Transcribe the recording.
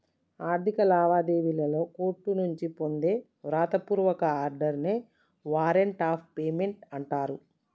ఆర్థిక లావాదేవీలలో కోర్టుల నుంచి పొందే వ్రాత పూర్వక ఆర్డర్ నే వారెంట్ ఆఫ్ పేమెంట్ అంటరు